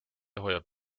hoiab